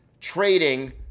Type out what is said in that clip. trading